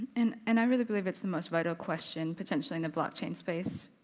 and and i really believe it's the most vital question potentially in the blockchain space,